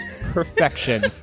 Perfection